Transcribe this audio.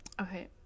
Okay